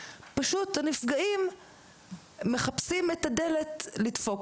פשוט הנפגעים מחפשים את הדלת לדפוק